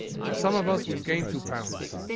for some of us we've gained two pounds.